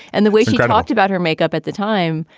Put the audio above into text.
and the way she got knocked about her makeup at the time,